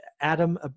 Adam